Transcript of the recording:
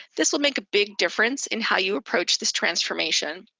this will make a big difference in how you approach this transformation.